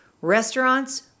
restaurants